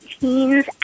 teens